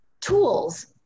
tools